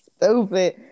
Stupid